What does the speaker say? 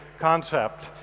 concept